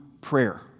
prayer